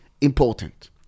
important